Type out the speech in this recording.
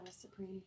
Supreme